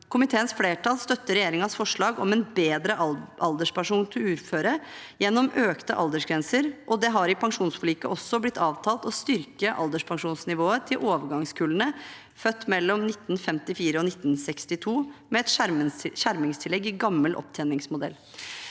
Komiteens flertall støtter regjeringens forslag om en bedre alderspensjon for uføre gjennom økte aldersgrenser. Det har i pensjonsforliket også blitt avtalt å styrke alderspensjonsnivået til overgangskullene, født mellom 1954 og 1962, med et skjermingstillegg i gammel opptjeningsmodell.